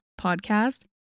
podcast